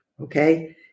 Okay